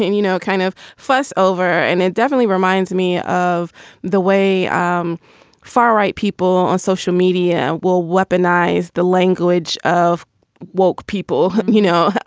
and you know, kind of fuss over. and it definitely reminds me of the way the um far right people on social media will weaponize the language of woke people, you know,